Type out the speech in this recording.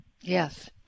Yes